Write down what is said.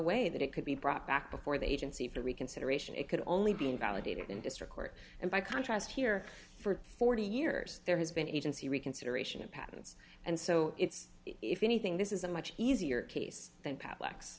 way that it could be brought back before the agency for reconsideration it could only be invalidated in district court and by contrast here for forty years there has been agency reconsideration of patents and so it's if anything this is a much easier case than padlocks